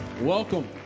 Welcome